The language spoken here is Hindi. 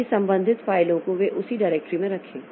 ताकि संबंधित फाइलों को वे उसी डायरेक्टरी में रखे